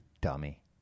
dummy